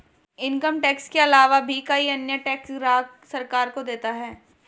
income tax के आलावा भी कई अन्य टैक्स ग्राहक सरकार को देता है